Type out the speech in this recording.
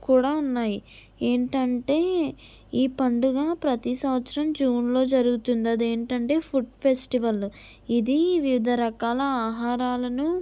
కూడా ఉన్నాయి ఏంటంటే ఈ పండుగ ప్రతి సంవత్సరం జూన్లో జరుగుతుంది అదేంటంటే ఫుడ్ ఫెస్టివల్ ఇది వివిధ రకాల ఆహారాలను